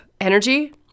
energy